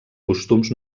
costums